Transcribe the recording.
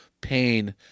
pain